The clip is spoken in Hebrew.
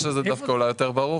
אולי זה יותר ברור?